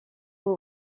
will